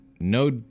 no